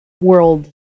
World